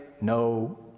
no